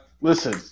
Listen